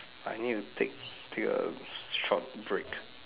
I need take take a short break